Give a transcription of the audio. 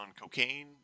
cocaine